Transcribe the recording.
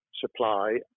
supply